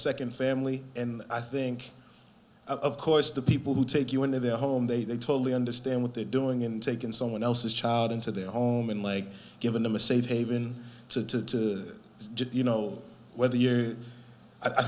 second family and i think of course the people who take you into their home they totally understand what they're doing and take in someone else's child into their home and like given them a safe haven to just you know whether you're i